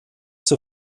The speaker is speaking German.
zur